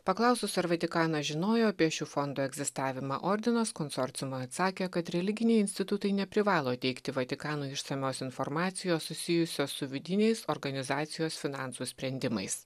paklausus ar vatikanas žinojo apie šių fondų egzistavimą ordinas konsorciumui atsakė kad religiniai institutai neprivalo teikti vatikanui išsamios informacijos susijusios su vidiniais organizacijos finansų sprendimais